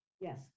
Yes